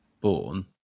born